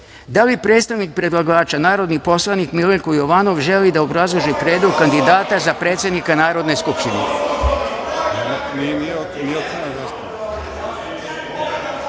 li predstavnik predlagača, narodni poslanik Milenko Jovanov želi da obrazloži predlog kandidata za predsednika Narodne skupštine?(Narodni